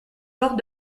lors